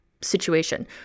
situation